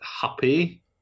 happy